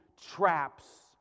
traps